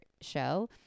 show